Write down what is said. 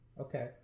Okay